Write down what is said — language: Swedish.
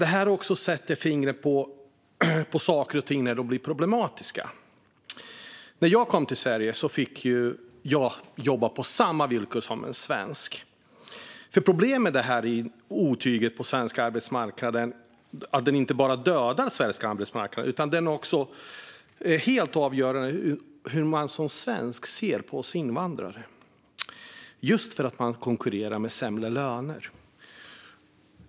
Detta sätter fingret på saker och ting när de blir problematiska. När jag kom till Sverige fick jag jobba på samma villkor som en svensk. Problemet med detta otyg på svensk arbetsmarknad är att det inte bara dödar svensk arbetsmarknad utan att det är helt avgörande för hur man som svensk ser på oss invandrare, just för att det konkurreras med sämre löner.